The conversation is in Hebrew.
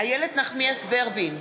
איילת נחמיאס ורבין,